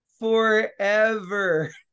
forever